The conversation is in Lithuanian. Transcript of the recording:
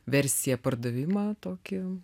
versiją pardavimą tokį